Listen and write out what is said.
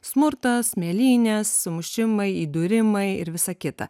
smurtas mėlynės sumušimai įdūrimai ir visa kita